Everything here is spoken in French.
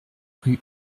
rue